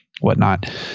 whatnot